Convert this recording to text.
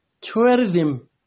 Tourism